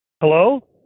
Hello